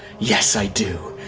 yes i do.